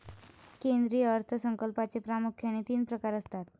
केंद्रीय अर्थ संकल्पाचे प्रामुख्याने तीन प्रकार असतात